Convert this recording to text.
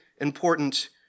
important